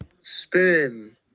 Spin